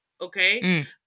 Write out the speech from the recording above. Okay